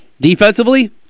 Defensively